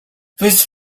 viz